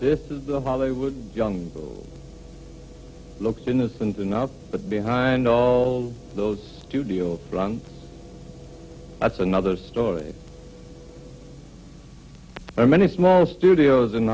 this is the hollywood young looked innocent enough but behind all those studio wrong that's another story or many small studio